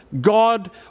God